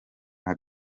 nka